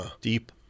deep